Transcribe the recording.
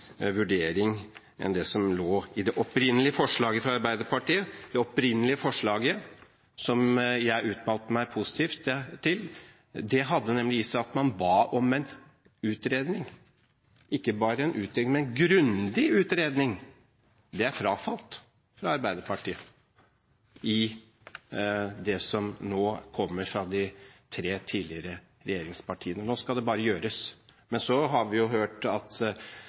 vurdering enn det som lå i det opprinnelige forslaget fra Arbeiderpartiet. Det opprinnelige forslaget, som jeg uttalte meg positiv til, hadde nemlig i seg at man ba om en utredning, og ikke bare en utredning, men en grundig utredning. Dette er frafalt fra Arbeiderpartiets side i det som nå kommer fra de tre tidligere regjeringspartiene. Nå skal det bare gjøres. Men så har vi hørt at